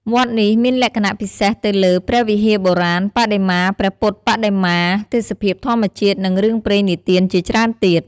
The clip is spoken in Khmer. វត្តនេះមានលក្ខណះពិសេសទៅលើ ព្រះវិហារបុរាណ បដិមាព្រះពុទ្ធបដិមា ទេសភាពធម្មជាតិ នឹងរឿងព្រេងនិទានជាច្រើនទៀត ។